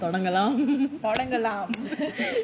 தொடங்கலாம்:thodangalaam